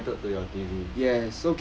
so connected to your T_V